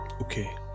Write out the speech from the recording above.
Okay